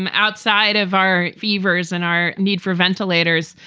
um outside of our fevers and our need for ventilators,